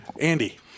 Andy